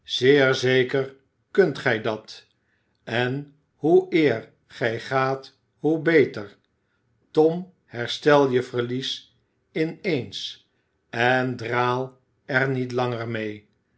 zeer zeker kunt gij dat en hoe eer gij gaat hoe beter tom herstel je verlies in eens en draal er niet langer mee